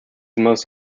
most